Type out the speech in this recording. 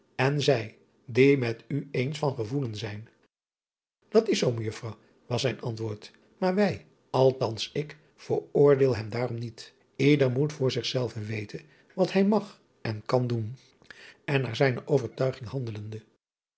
en zij die met u eens van gevoelen zijn at is zoo ejuffrouw was zijn antwoord maar wij althans ik veroordeel hem daarom niet eder moet voor zichzelven weten wat hij mag en kan doen en naar zijne overtuiging handelende